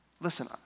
Listen